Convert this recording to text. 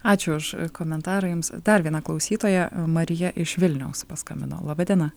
ačiū už komentarą jums dar viena klausytoja marija iš vilniaus paskambino laba diena